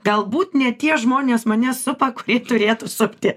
galbūt ne tie žmonės mane supa kurie turėtų supti